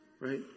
right